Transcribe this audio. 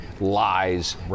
lies